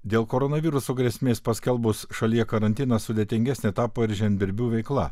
dėl koronaviruso grėsmės paskelbus šalyje karantiną sudėtingesnė tapo ir žemdirbių veikla